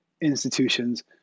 institutions